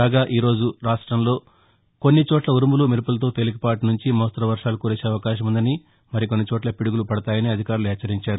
కాగా ఈ రోజు రాష్టంలో కొన్నిచోట్ల ఉరుములు మెరుపులతో తేలికపాటి సుంచి మోస్తరు వర్వాలు కురిసే అవకాశం ఉందని కొన్ని చోట్ల పిడుగులు పడతాయని అధికారులు హెచ్చరించారు